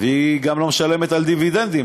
והיא גם לא משלמת על דיבידנדים,